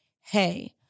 hey